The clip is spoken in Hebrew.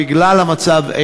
בגלל המצב,